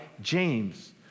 James